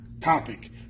topic